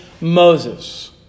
Moses